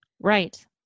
Right